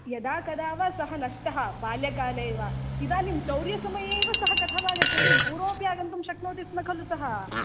यदा कदा वा सः नष्टः बाल्यकाले वा इदानीं चौर्यसमये एव सः कथमागच्छति पूर्वमपि आगन्तुं शक्नोति स्म खलु सः